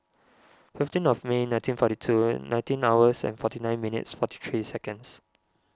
fifteen of May nineteen forty two nineteen hours and forty nine minutes forty three seconds